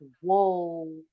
whoa